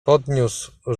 podniósł